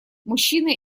мужчина